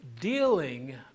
dealing